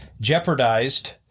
jeopardized